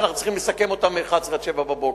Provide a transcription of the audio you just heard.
שאנחנו צריכים לסכם אותן מ-23:00 עד 07:00,